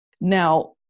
Now